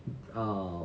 um